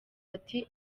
ati